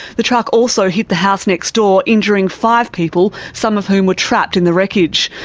the truck also hit the house next door injuring five people, some of whom were trapped in the wreckage.